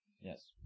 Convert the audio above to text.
Yes